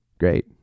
great